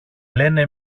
λένε